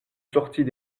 sorties